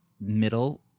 middle